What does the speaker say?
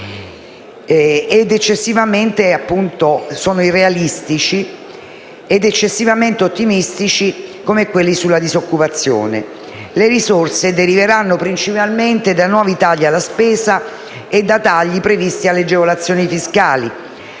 in peggioramento, irrealistici ed eccessivamente ottimistici, come quelli sulla disoccupazione. Le risorse deriveranno principalmente da nuovi tagli alla spesa e da tagli previsti alle agevolazioni fiscali.